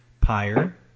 Pyre